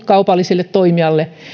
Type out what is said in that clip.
kaupallisille toimijoille